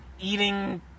eating